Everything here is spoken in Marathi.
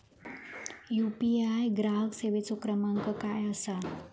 यू.पी.आय ग्राहक सेवेचो क्रमांक काय असा?